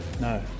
No